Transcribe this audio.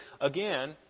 Again